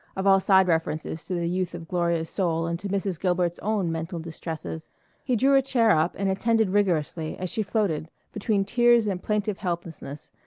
of all side references to the youth of gloria's soul and to mrs. gilbert's own mental distresses he drew a chair up and attended rigorously as she floated, between tears and plaintive helplessness,